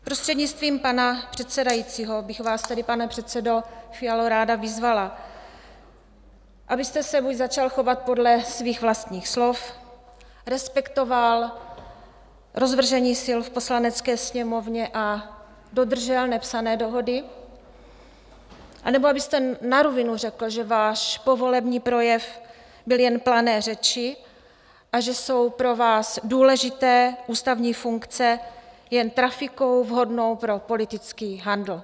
Prostřednictvím pana předsedajícího bych vás tedy, pane předsedo Fialo, ráda vyzvala, abyste se buď začal chovat podle svých vlastních slov, respektoval rozvržení sil v Poslanecké sněmovně a dodržel nepsané dohody, anebo abyste na rovinu řekl, že váš povolební projev byly jen plané řeči a že jsou pro vás důležité ústavní funkce jen trafikou vhodnou pro politický handl.